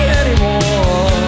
anymore